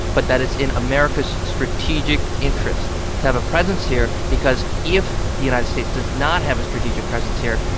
but that it's in america's strategic interest to have a presence here because if the united states does not have a strategic presence here,